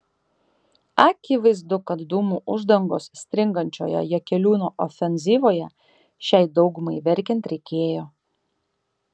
akivaizdu kad dūmų uždangos stringančioje jakeliūno ofenzyvoje šiai daugumai verkiant reikėjo